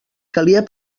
calia